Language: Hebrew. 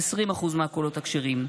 20% מהקולות הכשרים.